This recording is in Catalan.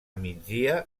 migdia